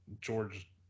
George